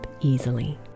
easily